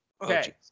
Okay